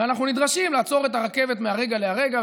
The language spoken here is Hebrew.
ואנחנו נדרשים לעצור את הרכבת מהרגע להרגע,